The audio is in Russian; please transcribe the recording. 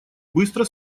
быстро